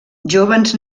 jóvens